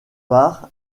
part